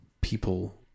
people